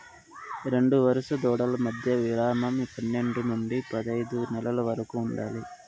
రెండు వరుస దూడల మధ్య విరామం పన్నేడు నుండి పదైదు నెలల వరకు ఉండాలి